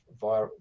via